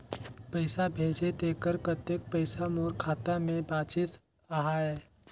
पइसा भेजे तेकर कतेक पइसा मोर खाता मे बाचिस आहाय?